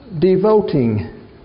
devoting